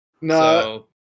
No